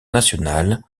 national